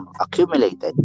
accumulated